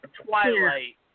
Twilight